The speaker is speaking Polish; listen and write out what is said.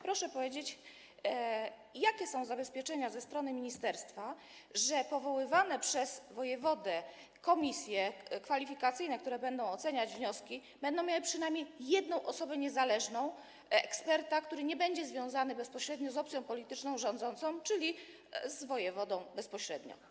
Proszę powiedzieć, jakie to są zabezpieczenia ze strony ministerstwa, że w powoływanych przez wojewodę komisjach kwalifikacyjnych, które będą oceniać wnioski, będzie przynajmniej jedna osoba niezależna, ekspert, który nie będzie związany bezpośrednio z opcją polityczną rządzącą, czyli bezpośrednio z wojewodą.